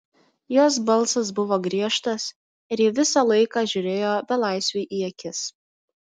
jos balsas buvo griežtas ir ji visą laiką žiūrėjo belaisviui į akis